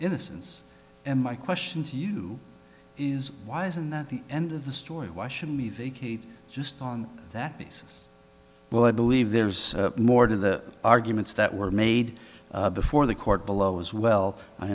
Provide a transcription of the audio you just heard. innocence and my question to you is why isn't that the end of the story why should we vacate just on that basis well i believe there's more to the arguments that were made before the court below as well i